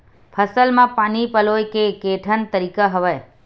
फसल म पानी पलोय के केठन तरीका हवय?